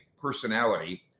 personality